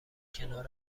کنار